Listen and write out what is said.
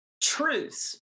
truths